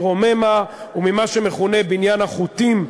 מרוממה וממה שמכונה "בניין החוטים",